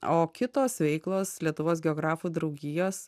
o kitos veiklos lietuvos geografų draugijos